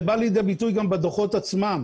זה בא לידי ביטוי גם בדוחות עצמם.